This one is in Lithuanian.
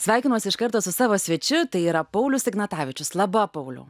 sveikinuos iš karto su savo svečiu tai yra paulius ignatavičius laba pauliau